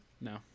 no